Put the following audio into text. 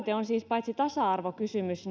on siis paitsi tasa arvokysymys